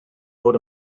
fod